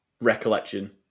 recollection